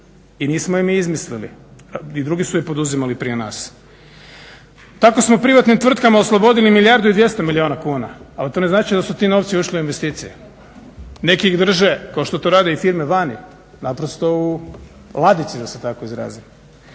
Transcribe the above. i nismo je mi izmislili. I drugi su je poduzimali prije nas. Tako smo privatnim tvrtkama oslobodili milijardu i 200 milijuna kuna. Ali to ne znači da su ti novci ušli u investicije. Neki ih drže, kao što to rade i firme vani, naprosto u ladici da se tako izrazim.